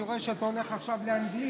אני רואה שאתה הולך עכשיו לאנגלית.